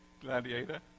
Gladiator